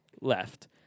left